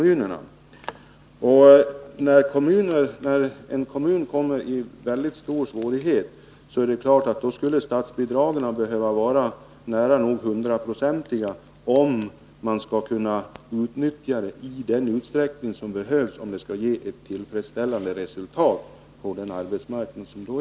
För en kommun som kommer i väldigt stora svårigheter skulle statsbidragen behöva vara nära nog hundraprocentiga, om man skall kunna utnyttja dem i den utsträckning som erfordras för att nå tillfredsställande resultat på den arbetsmarknad som finns.